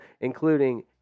including